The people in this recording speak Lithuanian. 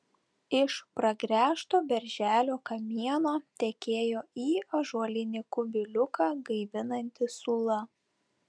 iš pragręžto berželio kamieno tekėjo į ąžuolinį kubiliuką gaivinanti sula